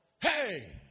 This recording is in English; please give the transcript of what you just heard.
Hey